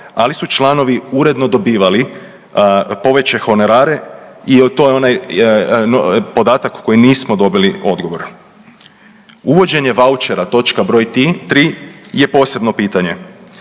ali su članovi uredno dobivali povećane honorare i to je onaj podatak koji nismo dobili odgovor. Uvođenje vaučera, točka br. 3 je posebno pitanje.